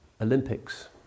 Olympics